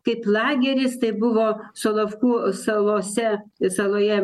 kaip lageris tai buvo solovkų salose saloje